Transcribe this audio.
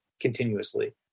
continuously